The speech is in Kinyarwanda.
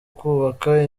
kubaka